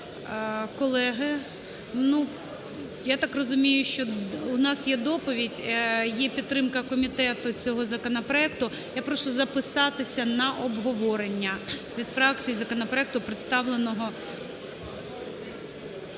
Колеги, я так розумію, що у нас є доповідь, є підтримка комітету цього законопроекту. Я прошу записатися на обговорення від фракції законопроекту, представленого